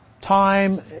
time